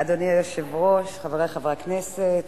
אדוני היושב-ראש, חברי חברי הכנסת,